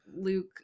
Luke